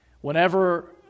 Whenever